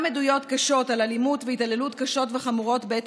גם עדויות קשות על אלימות והתעללות חמורות וקשות